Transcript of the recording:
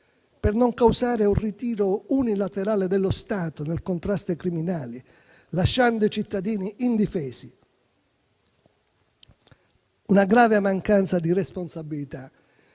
per non causare un ritiro unilaterale dello Stato nel contrasto ai criminali, lasciando i cittadini indifesi. Una grave mancanza di responsabilità